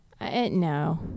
No